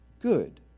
good